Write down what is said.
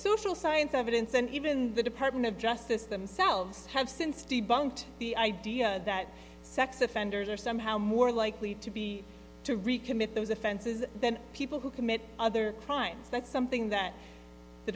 social science evidence and even the department of justice themselves have since de bunked the idea that sex offenders are somehow more likely to be to recommit those offenses then people who commit other crimes that's something that the